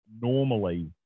normally